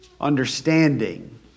understanding